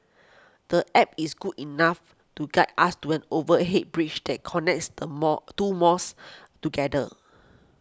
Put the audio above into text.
the App is good enough to guide us to an overhead bridge that connects the mall two malls together